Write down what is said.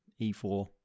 E4